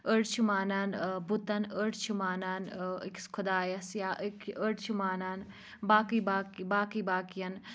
أڑۍ چھِ مانان بُتَن أڑۍ چھِ مانان أکِس خۄدایَس یا أ أڑۍ چھِ مان باقٕے باقٕی باقٕے باقیَن